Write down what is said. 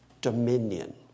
dominion